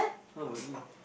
how about you